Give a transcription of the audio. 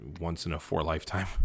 once-in-a-four-lifetime